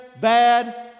bad